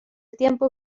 tiempo